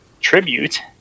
tribute